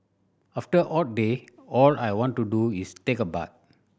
after hot day all I want to do is take a bath